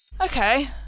Okay